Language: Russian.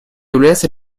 является